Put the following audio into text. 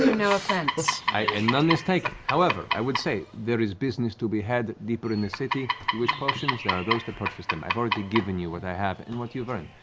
no offense. matt and none is taken. however, i would say, there is business to be had deeper in the city. you wish potions, there are those that purchase them. i've already given you what i have and what you've earned.